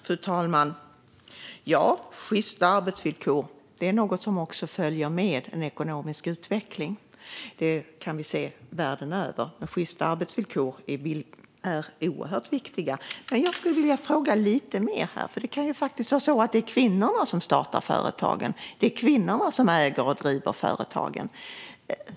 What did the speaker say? Fru talman! Ja, sjysta arbetsvillkor är något som följer med ekonomisk utveckling. Detta kan vi se världen över. Sjysta arbetsvillkor är oerhört viktigt. Jag skulle vilja fråga lite mer. Det kan faktiskt vara så att det är kvinnor som startar, äger och driver företagen.